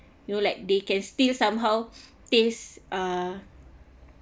you know like they can still somehow taste uh